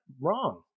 wrong